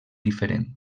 diferent